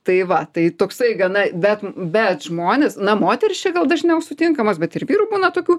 tai va tai toksai gana bet bet žmonės na moterys čia gal dažniau sutinkamos bet ir vyrų būna tokių